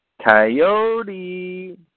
Coyote